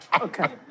Okay